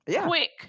Quick